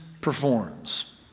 performs